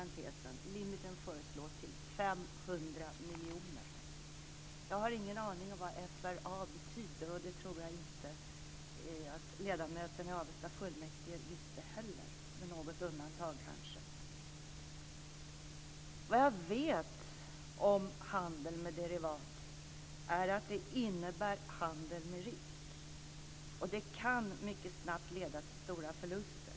Limiten föreslås till 500 Jag har ingen aning om vad FRA betyder, och det tror jag inte att ledamöterna i Avesta fullmäktige visste heller, med något undantag kanske. Vad jag vet om handeln med derivat är att det innebär handel med risk, och det kan mycket snabbt leda till stora förluster.